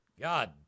God